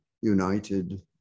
united